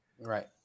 right